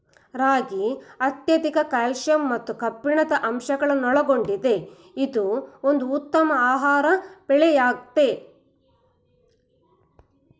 ರಾಗಿ ಅತ್ಯಧಿಕ ಕ್ಯಾಲ್ಸಿಯಂ ಮತ್ತು ಕಬ್ಬಿಣದ ಅಂಶಗಳನ್ನೊಳಗೊಂಡಿದೆ ಇದು ಒಂದು ಉತ್ತಮ ಆಹಾರ ಬೆಳೆಯಾಗಯ್ತೆ